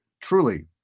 truly